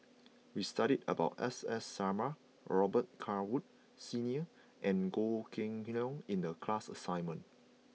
we studied about S S Sarma Robet Carr Woods Senior and Goh Kheng Long in the class assignment